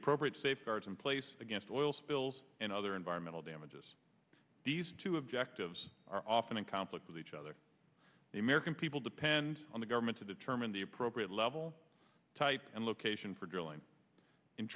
appropriate safeguards in place against oil spills and other environmental damages these two objectives are often in conflict with each other the american people depend on the government to determine the appropriate level type and location for drilling